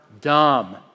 dumb